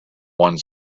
one